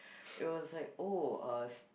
it was like oh uh